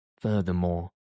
Furthermore